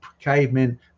cavemen